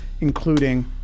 including